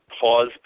pause